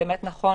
נכון